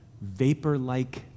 vapor-like